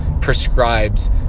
prescribes